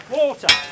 Water